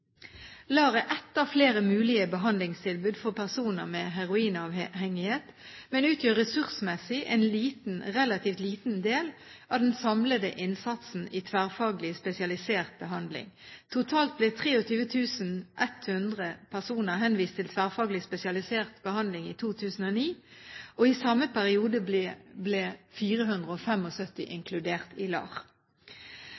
ett av flere mulige behandlingstilbud for personer med heroinavhengighet, men utgjør ressursmessig en relativt liten del av den samlede innsatsen i tverrfaglig spesialisert behandling. Totalt ble 23 100 personer henvist til tverrfaglig spesialisert behandling i 2009, og i samme periode ble